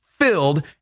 filled